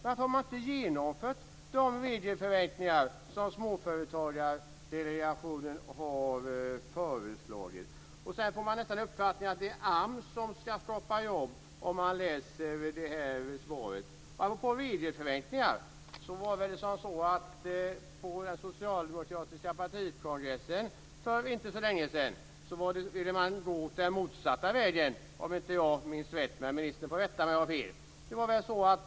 Varför har man inte genomfört de regelförenklingar som Småföretagardelegationen har föreslagit? Om man läser svaret får man nästan uppfattningen att det är AMS som ska skapa jobb. Apropå regelförenklingar ville man väl på den socialdemokratiska partikongressen för inte så länge sedan gå den motsatta vägen, om jag minns rätt. Ministern får rätta mig om jag har fel.